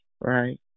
right